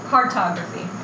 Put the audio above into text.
Cartography